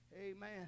Amen